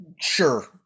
Sure